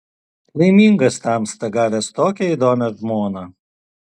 laimingas tamsta gavęs tokią įdomią žmoną